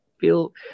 feel